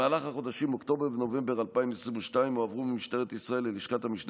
במהלך החודשים אוקטובר ונובמבר 2022 הועברו ממשטרת ישראל ללשכת המשנה